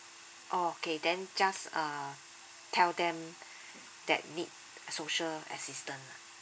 okay then just uh tell them that need social assistance ah